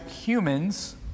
humans